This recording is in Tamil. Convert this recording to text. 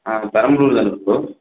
ஆ பெரம்பலூரிலருந்து ப்ரோ